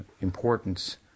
importance